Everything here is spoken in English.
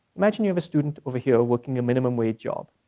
imagine you have a student over here, working a minimum wage job.